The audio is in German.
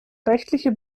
rechtliche